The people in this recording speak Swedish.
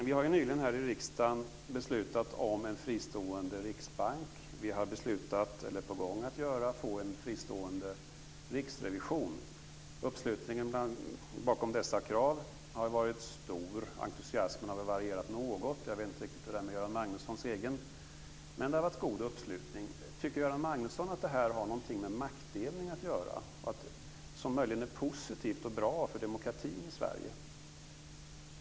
Vi har nyligen här i riksdagen beslutat om en fristående riksbank. Vi är på gång att få en fristående riksrevision. Uppslutningen bakom dessa har varit stor. Entusiasmen har väl varierat något. Jag vet inte riktigt hur det är med Göran Magnussons egen. Men det har varit god uppslutning. Tycker Göran Manusson att detta har något med maktdelning att göra och något som möjligen är positivt och bra för demokratin i Sverige?